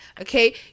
okay